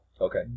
Okay